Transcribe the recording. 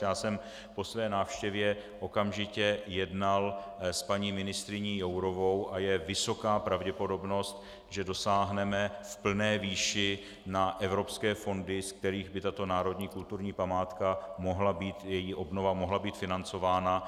Já jsem po své návštěvě okamžitě jednal s paní ministryní Jourovou a je vysoká pravděpodobnost, že dosáhneme v plné výši na evropské fondy, z kterých by tato národní kulturní památka, její obnova, mohla být financována.